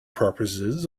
purposes